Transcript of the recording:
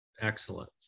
excellent